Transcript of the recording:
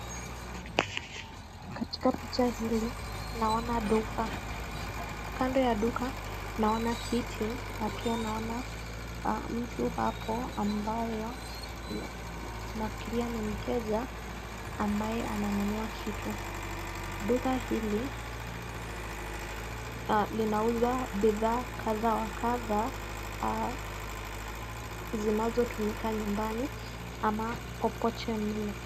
Katika picha hili naona duka. Kando ya duka naona kiti na pia naona mtu hapo ambayo nafikiria ni mteja ambaye ananunua kitu. Duka hili linauza bidhaa kadhaa wa kadhaa zinazotumika nyumbani ama popote mle.